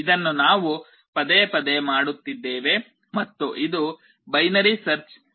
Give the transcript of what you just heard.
ಇದನ್ನು ನಾವು ಪದೇ ಪದೇ ಮಾಡುತ್ತಿದ್ದೇವೆ ಮತ್ತು ಇದು ಬೈನರಿ ಸರ್ಚ್ ಅನುಕರಿಸುತ್ತದೆ